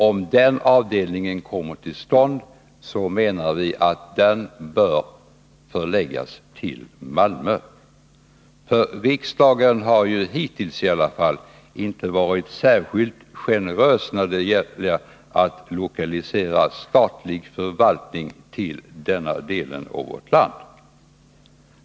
Om den avdelningen kommer till stånd menar vi att den bör förläggas till Malmö. Riksdagen har ju i varje fall hittills inte varit särskilt generös när det gällt att lokalisera statlig förvaltning till den delen av vårt land.